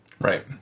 Right